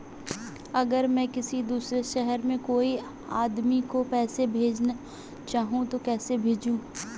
अगर मैं किसी दूसरे शहर में कोई आदमी को पैसे भेजना चाहूँ तो कैसे भेजूँ?